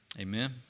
Amen